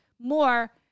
more